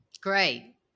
Great